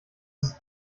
ist